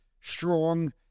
strong